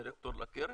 לדירקטור לקרן?